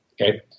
okay